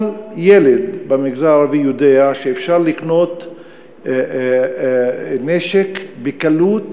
כל ילד במגזר הערבי יודע שאפשר לקנות נשק בקלות,